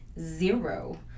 zero